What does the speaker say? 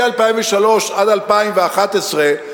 מ-2003 עד 2011,